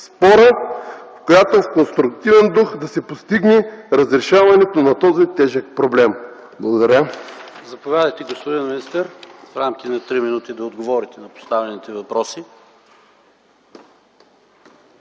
спора, в която в конструктивен дух да се постигне разрешаването на този тежък проблем? Благодаря.